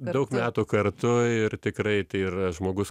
daug metų kartu ir tikrai tai yra žmogus